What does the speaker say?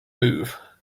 move